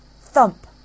thump